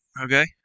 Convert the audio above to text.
Okay